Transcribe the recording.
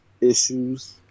issues